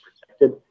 protected